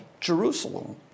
Jerusalem